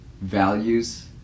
values